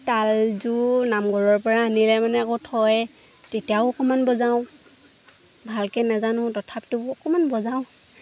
তালযোৰ নামঘৰৰ পৰা আনিলে মানে আকৌ থয় তেতিয়াও অকণমান বজাওঁ ভালকৈ নাজানো তথাপিটো অকণমান বজাওঁ